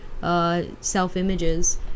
self-images